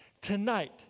Tonight